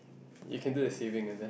you can do your saving and then